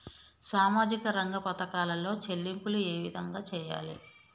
సామాజిక రంగ పథకాలలో చెల్లింపులు ఏ విధంగా చేయాలి?